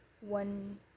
one